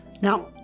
Now